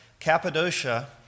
Cappadocia